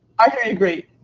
i hear you great.